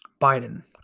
Biden